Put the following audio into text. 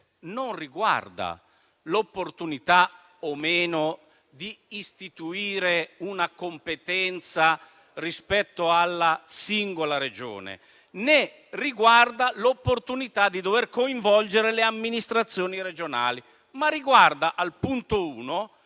non riguarda l'opportunità o meno di istituire una competenza rispetto alla singola Regione, né riguarda l'opportunità di coinvolgere le amministrazioni regionali. Essa riguarda, al punto 1,